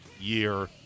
year